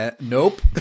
nope